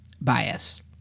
bias